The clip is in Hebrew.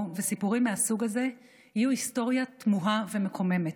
וסיפורים מהסוג הזה יהיו היסטוריה תמוהה ומקוממת,